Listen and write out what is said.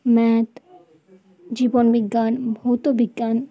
math জীবন বিজ্ঞান ভৌতবিজ্ঞান